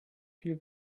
viel